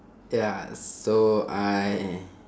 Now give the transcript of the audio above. ya so I